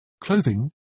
Clothing